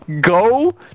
go